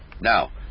Now